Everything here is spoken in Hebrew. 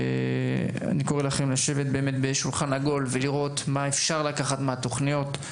אני קורא לכם לשבת בשולחן עגול ולראות מה אפשר לקחת מהתוכניות,